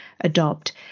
adopt